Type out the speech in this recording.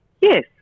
Yes